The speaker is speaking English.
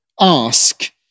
ask